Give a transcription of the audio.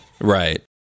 Right